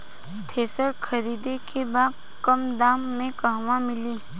Thresher खरीदे के बा कम दाम में कहवा मिली?